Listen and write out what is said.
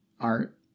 art